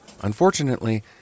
Unfortunately